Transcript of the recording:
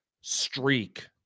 streak